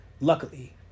Luckily